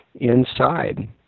inside